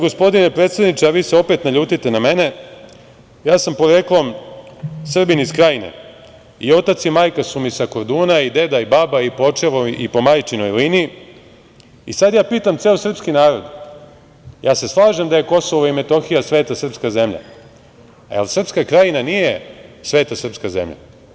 Gospodine predsedniče, vi se opet naljutite na mene, ja sam poreklom Srbin iz Krajine i otac i majka su mi sa Korduna i deda i baba i po očevoj i po majčinoj liniji, sada ja pitam ceo srpski narod, slažem se da je Kosovo i Metohija sveta srpska zemlja, jel Srpska Krajina nije sveta srpska zemlja?